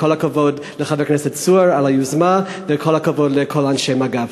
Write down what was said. כל הכבוד לחבר הכנסת צור על היוזמה וכל הכבוד לכל אנשי מג"ב.